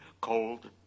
cold